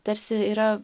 tarsi yra